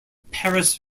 paris